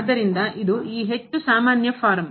ಆದ್ದರಿಂದ ಇದು ಈ ಹೆಚ್ಚು ಸಾಮಾನ್ಯ ಫಾರಂ